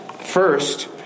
First